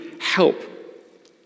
help